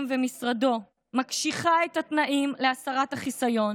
ומשרדו מקשיחה את התנאים להסרת החיסיון